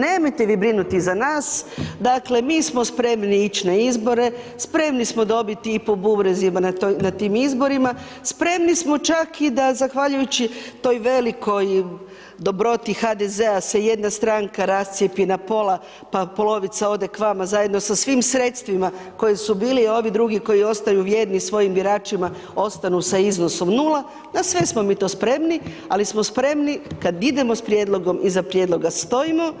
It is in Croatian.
Nemojte vi brinuti za nas, dakle, mi smo spremni ić na izbore, spremni smo dobiti i po bubrezima na tim izborima, spremni smo čak i da, zahvaljujući toj velikoj dobroti HDZ-a da se jedna stranka rascijepi na pola, pa polovica ode k vama zajedno sa svim sredstvima koji su bili, ovi drugi koji ostaju vjerni svojim biračima, ostanu sa iznosom nula, na sve smo mi to spremni, ali smo spremni kad idemo s prijedlogom, iza prijedloga stojimo,